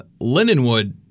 Lindenwood